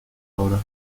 ahora